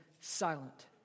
silent